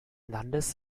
landes